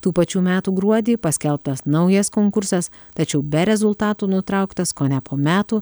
tų pačių metų gruodį paskelbtas naujas konkursas tačiau be rezultatų nutrauktas kone po metų